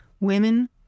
women